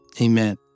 Amen